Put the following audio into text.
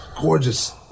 gorgeous